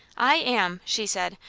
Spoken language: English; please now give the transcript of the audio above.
i am, she said.